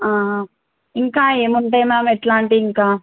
ఇంకా ఏముంటాయి మ్యామ్ ఎట్లాంటి ఇంకా